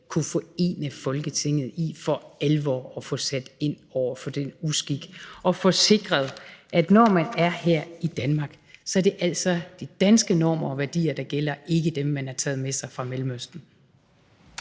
kunne forene Folketinget i for alvor at få sat ind over for den uskik og få sikret, at når man er her i Danmark, så er det altså de danske normer og værdier, der gælder, og ikke dem, man har taget med sig fra Mellemøsten.